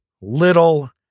little